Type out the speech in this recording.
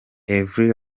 avril